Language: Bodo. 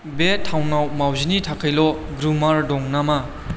बे टाउनाव मावजिनि थाखायल' ग्रुमार दं नामा